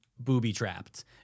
booby-trapped